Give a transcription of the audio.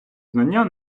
знання